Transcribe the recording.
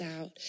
out